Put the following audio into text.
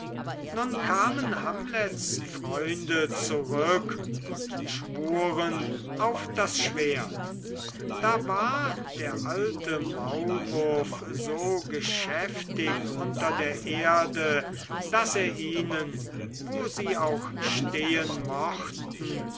nun kamen hamlets freunde zurück und schwuren auf das schwert da war der alte maulwurf so geschäftig unter der erde daß er ihnen wo sie auch stehen mochten